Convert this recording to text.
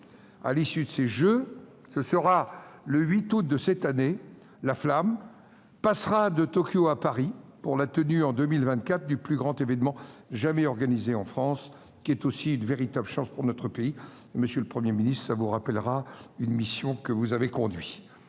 À l'issue de ces Jeux, le 8 août, la flamme passera de Tokyo à Paris pour la tenue, en 2024, du plus grand événement jamais organisé en France, qui est aussi une véritable chance pour notre pays. Monsieur le Premier ministre, cela vous rappellera une mission que vous avez conduite